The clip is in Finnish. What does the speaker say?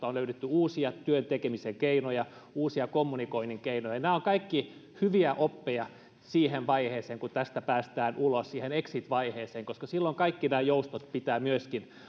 on löydetty uusia työn tekemisen keinoja ja uusia kommunikoinnin keinoja nämä kaikki ovat hyviä oppeja siihen vaiheeseen kun tästä päästään ulos siihen exit vaiheeseen koska silloin kaikkien näiden joustojen pitää myöskin